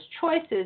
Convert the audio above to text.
choices